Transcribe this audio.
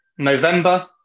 November